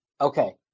Okay